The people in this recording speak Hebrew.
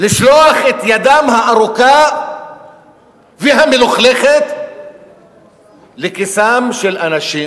לשלוח את ידם הארוכה והמלוכלכת לכיסם של אנשים